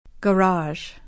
Garage